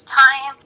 time